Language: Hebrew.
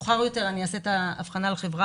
מאוחר יותר אני אעשה את ההבחנה לחברה